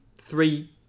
three